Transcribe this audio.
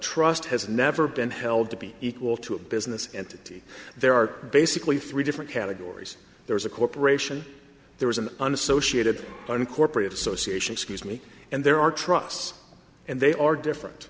trust has never been held to be equal to a business entity there are basically three different categories there is a corporation there is an unassociated unincorporated association excuse me and there are trusts and they are different